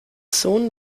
sohn